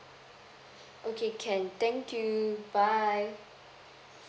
okay can thank you bye